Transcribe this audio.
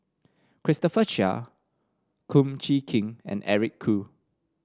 Christopher Chia Kum Chee Kin and Eric Khoo